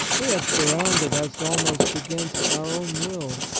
they have surrounded us almost against our own will,